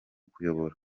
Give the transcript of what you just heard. kuyobora